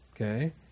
Okay